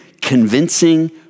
Convincing